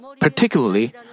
Particularly